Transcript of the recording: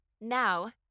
Now